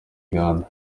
uganda